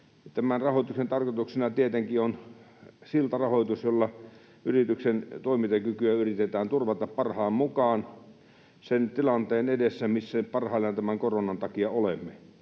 Tämän rahoituksen tarkoituksena tietenkin on siltarahoitus, jolla yrityksen toimintakykyä yritetään turvata parhaan mukaan sen tilanteen edessä, missä parhaillaan tämän koronan takia olemme.